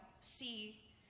see